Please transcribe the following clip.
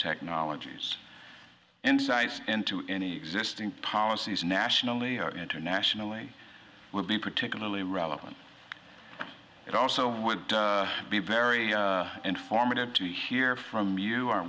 biotechnologies insights into any existing policies nationally or internationally would be particularly relevant it also would be very informative to hear from you o